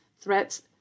threats